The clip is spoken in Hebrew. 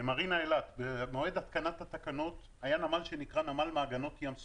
מרינה אילת במועד התקנת התקנות היה נמל שנקרא "נמל מעגנות ים סוף",